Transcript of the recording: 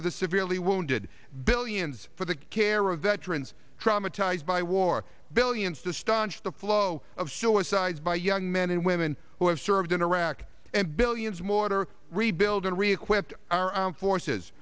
of the severely wounded billions for the care of veterans traumatized by war billions to stanch the flow of shoreside by young men and women who have served in iraq and billions mortar rebuild and reequip our armed forces